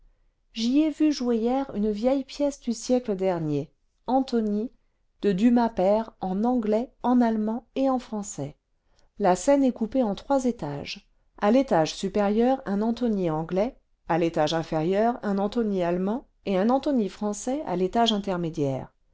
j'y ai vu jouer hier une vieille pièce du siècle dernier antony de le théâtre en trois langues le vingtième siècle dumas père en anglais en allemand et en français la scène est coupée en trois étages à l'étage supérieur un antony anglais à l'étage inférieur un antony allemand et un antony français à l'étage intermédiaire